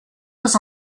was